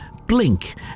blink